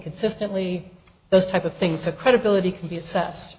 consistently those type of things the credibility can be assessed